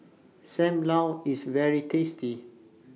SAM Lau IS very tasty